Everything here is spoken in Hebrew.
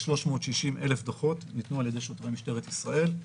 ל-360,000 דוחות ניתנו על ידי שוטרי משטרת ישראל.